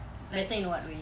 better in what way